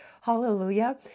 Hallelujah